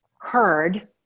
heard